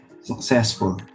successful